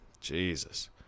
Jesus